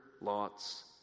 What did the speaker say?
Lot's